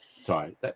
sorry